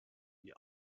die